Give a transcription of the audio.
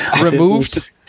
removed